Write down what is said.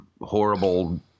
horrible